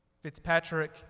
Fitzpatrick